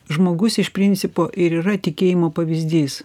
žmogus iš principo ir yra tikėjimo pavyzdys